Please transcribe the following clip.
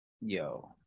Yo